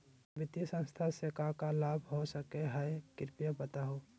वित्तीय संस्था से का का लाभ हो सके हई कृपया बताहू?